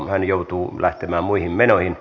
hän joutuu lähtemään muihin menoihin